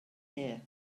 here